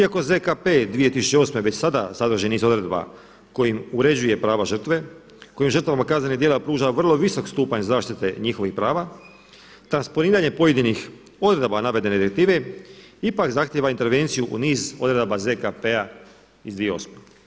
Iako ZKP 2008. već sada sadrži niz odredba kojim uređuje prava žrtve, kojim žrtvama kaznenih djela pruža vrlo visok stupanj zaštite i njihovih prava, transponiranje pojedinih odredaba navedene direktive ipak zahtjeva intervenciju u niz odredaba ZKP-a iz 2008.